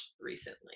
recently